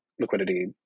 Liquidity